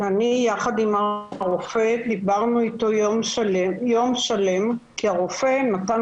אני יחד עם הרופא דיברנו איתו יום שלם כי הרופא נתן